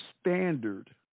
standard